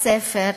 בספרים